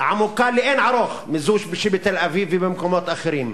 עמוקה לאין-ערוך מזו שבתל-אביב ובמקומות אחרים.